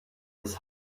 his